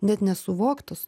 net nesuvoktos